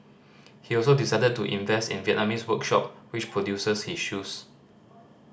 he also decided to invest in Vietnamese workshop which produces his shoes